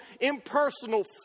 impersonal